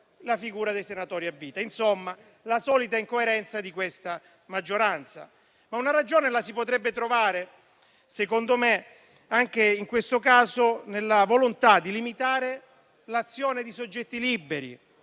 la figura dei senatori a vita. Insomma, la solita incoerenza di questa maggioranza. Una ragione però la si potrebbe trovare secondo me anche in questo caso nella volontà di limitare l'azione di soggetti liberi,